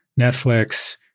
Netflix